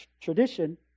tradition